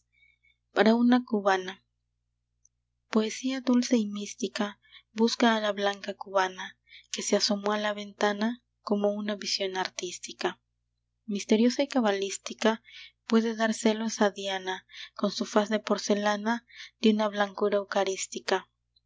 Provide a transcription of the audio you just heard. para una cubana poesía dulce y mística busca a la blanca cubana que se asomó a la ventana como una visión artística misteriosa y cabalística puede dar celos a diana con su faz de porcelana de una blancura